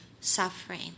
suffering